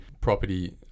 property